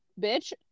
bitch